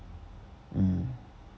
uh